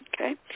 okay